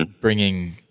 bringing